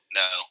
no